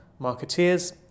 Marketeers